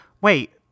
wait